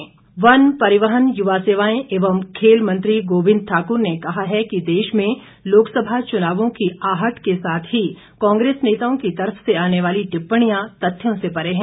गोविंद ठाकुर वन परिवहन युवा सेवाएं एवं खेल मंत्री गोविंद ठाक्र ने कहा है कि देश में लोकसभा चुनावों की आहट के साथ ही कांग्रेस नेताओं की तरफ से आने वाली टिप्पणियां तथ्यों से पर्रे हैं